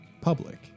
public